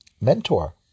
mentor